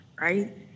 Right